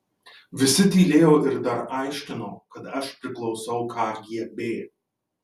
visi tylėjo ir dar aiškino kad aš priklausau kgb